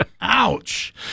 Ouch